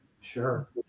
Sure